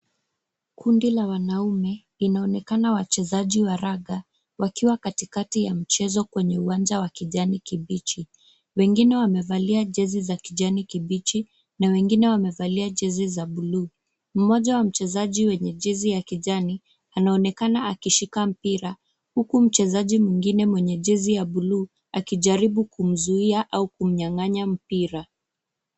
Kundi la wanaume, inaonekana wachezaji wa raga wakiwa katikati ya mchezo kwenye uwanja wa kijani kibichi. Wengine wamevalia jezi za kijani kibichi na wengine wamevalia jezi za buluu. Mmoja wa mchezaji wenye jezi ya kijani, anaonekana akishika mpira huku mchezaji mwingine mwenye jezi ya buluu akijaribu kumzuia au kumnyang'anya mpira.